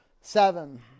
seven